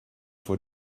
vor